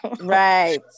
Right